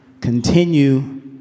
continue